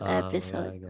episode